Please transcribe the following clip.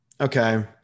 okay